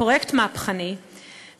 בפרויקט מהפכני,